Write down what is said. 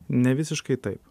ne visiškai taip